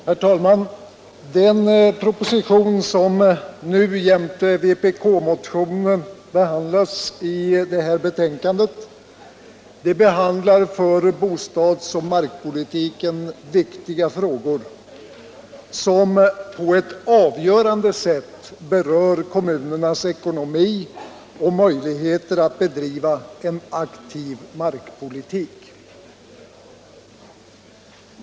Herr talman! Det propositionsavsnitt som jämte vpk-motionen behandlas i förevarande betänkande gäller för bostadsoch markpolitiken viktiga frågor, som på ett avgörande sätt berör kommunernas ekonomi och möjligheter att bedriva en aktiv markpolitik.